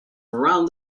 around